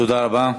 תודה רבה,